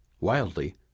Wildly